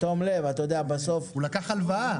הוא לקח הלוואה,